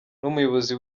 n’umuyobozi